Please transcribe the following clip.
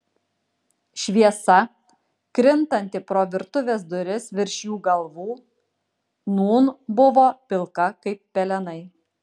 šviesa krintanti pro virtuvės duris virš jų galvų nūn buvo pilka kaip pelenai